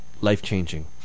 life-changing